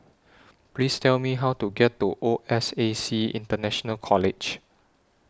Please Tell Me How to get to O S A C International College